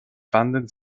fanden